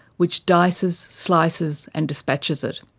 which dices, slices and despatches it.